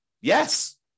Yes